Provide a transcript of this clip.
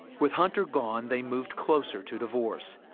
with hunter gone, they moved closer to divorce.